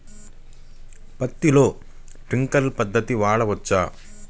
పత్తిలో ట్వింక్లర్ పద్ధతి వాడవచ్చా?